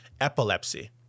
Epilepsy